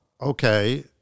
okay